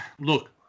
look